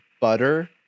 butter